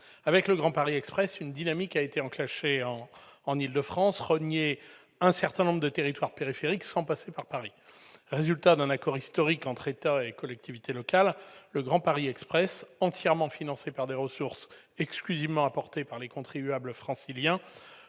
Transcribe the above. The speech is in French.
Avec le Grand Paris Express, une dynamique a été enclenchée en Île-de-France pour relier un certain nombre de territoires périphériques sans passer par Paris. Résultat d'un accord historique entre l'État et les collectivités territoriales, le Grand Paris Express, entièrement financé par des ressources exclusivement apportées par les contribuables franciliens,